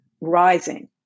rising